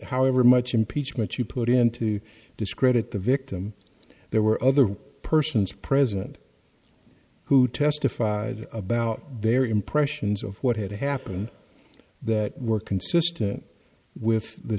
however much impeachment you put into discredit the victim there were other persons present who testified about their impressions of what had happened that were consistent with the